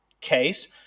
case